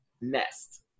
nest